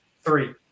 three